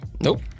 Nope